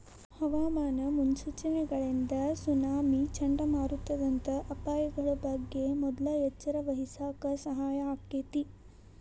ಹವಾಮಾನ ಮುನ್ಸೂಚನೆಗಳಿಂದ ಸುನಾಮಿ, ಚಂಡಮಾರುತದಂತ ಅಪಾಯಗಳ ಬಗ್ಗೆ ಮೊದ್ಲ ಎಚ್ಚರವಹಿಸಾಕ ಸಹಾಯ ಆಕ್ಕೆತಿ